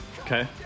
Okay